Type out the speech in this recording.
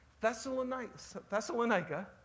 Thessalonica